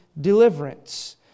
deliverance